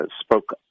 spoke